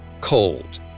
cold